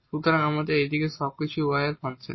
সুতরাং আমাদের এই দিকের সবকিছুই y এর ফাংশন